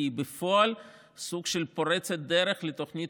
כי היא בפועל סוג של פורצת דרך לתוכנית